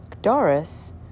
Doris